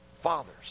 fathers